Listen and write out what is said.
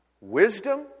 Wisdom